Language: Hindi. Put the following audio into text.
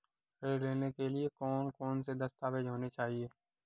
ऋण लेने के लिए कौन कौन से दस्तावेज होने चाहिए?